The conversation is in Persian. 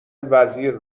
وزیر